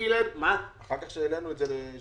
מיקי לוי --- אחר כך העלינו את זה ל-60%.